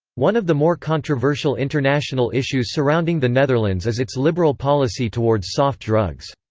one of the more controversial international issues surrounding the netherlands is its liberal policy towards soft drugs.